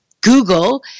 Google